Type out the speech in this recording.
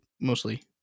mostly